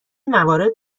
موارد